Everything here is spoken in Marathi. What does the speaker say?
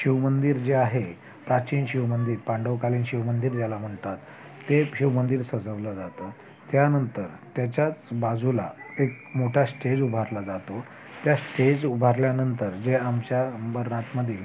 शिवमंदिर जे आहे प्राचीन शिवमंदिर पांडवकालीन शिवमंदिर ज्याला म्हणतात ते शिवमंदिर सजवलं जातं त्यानंतर त्याच्याच बाजूला एक मोठा स्टेज उभारला जातो त्या स्टेज उभारल्यानंतर जे आमच्या अंबरनाथमध्ये